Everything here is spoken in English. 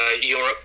Europe